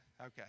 Okay